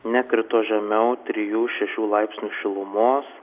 nekrito žemiau trijų šešių laipsnių šilumos